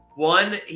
One